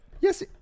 Yes